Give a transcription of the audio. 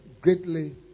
greatly